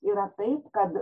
yra taip kad